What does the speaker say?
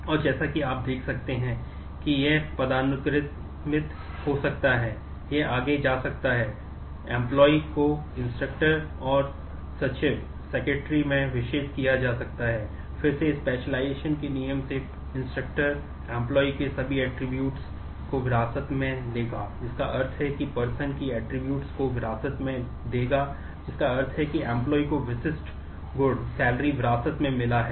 और जैसा कि आप देख सकते हैं कि यह पदानुक्रमित है जो आपके पास है